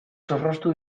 zorroztu